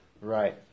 Right